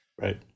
Right